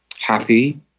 happy